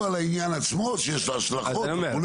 הדיון הוא על העניין עצמו, שיש לו השלכות וכולי.